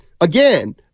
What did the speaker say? again